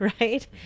right